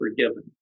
forgiven